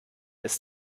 ist